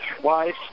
twice